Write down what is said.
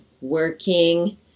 working